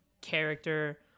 character